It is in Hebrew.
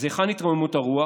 אז היכן התרוממות הרוח,